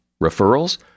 Referrals